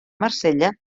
marsella